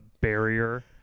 barrier